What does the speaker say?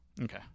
Okay